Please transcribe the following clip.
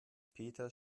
peter